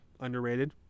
underrated